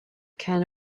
can